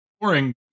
boring